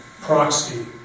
proxy